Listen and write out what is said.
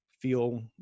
feel